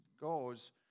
goes